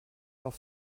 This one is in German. auf